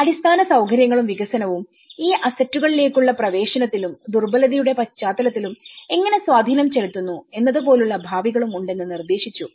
അടിസ്ഥാന സൌകര്യങ്ങളും വികസനവും ഈ അസറ്റുകളിലേക്കുള്ള പ്രവേശനത്തിലും ദുർബലതയുടെ പശ്ചാത്തലത്തിലും എങ്ങനെ സ്വാധീനം ചെലുത്തുന്നു എന്നതുപോലുള്ള ഭാവികളും ഉണ്ടെന്നും നിർദ്ദേശിച്ചു